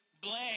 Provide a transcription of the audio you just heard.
blank